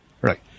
right